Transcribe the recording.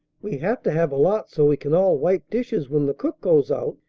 we have to have a lot so we can all wipe dishes when the cook goes out.